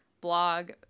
blog